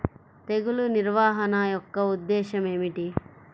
తెగులు నిర్వహణ యొక్క ఉద్దేశం ఏమిటి?